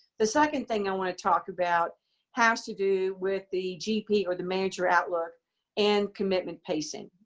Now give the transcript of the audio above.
the second thing i want to talk about has to do with the gp or the manager outlook and commitment pacing.